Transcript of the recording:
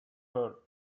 her